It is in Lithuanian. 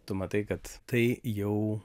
tu matai kad tai jau